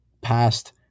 past